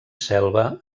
selva